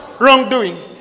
wrongdoing